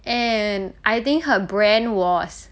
and I think her brand was